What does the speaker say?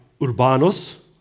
urbanos